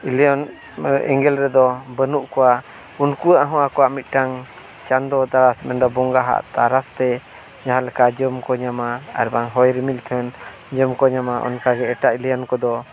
ᱮᱞᱤᱭᱟᱱ ᱮᱸᱜᱮᱞ ᱨᱮᱫᱚ ᱵᱟᱹᱱᱩᱜ ᱠᱚᱣᱟ ᱩᱱᱠᱩᱣᱟᱜ ᱦᱚᱸ ᱟᱠᱚᱣᱟᱜ ᱢᱤᱫᱴᱟᱝ ᱪᱟᱸᱫᱚ ᱛᱟᱨᱟᱥ ᱢᱮᱱᱫᱚ ᱵᱚᱸᱜᱟᱣᱟᱜ ᱟᱨᱟᱥ ᱛᱮ ᱡᱟᱦᱟᱸ ᱞᱮᱠᱟ ᱡᱚᱢ ᱠᱚ ᱧᱟᱢᱟ ᱟᱨ ᱵᱟᱝ ᱦᱚᱭ ᱨᱤᱢᱤᱞ ᱴᱷᱮᱱ ᱡᱚᱢ ᱠᱚ ᱧᱟᱢᱟ ᱚᱱᱠᱟ ᱜᱮ ᱮᱴᱟᱜ ᱮᱞᱤᱭᱟᱱ ᱠᱚᱫᱚ